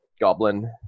goblin